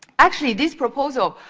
actually, this proposal,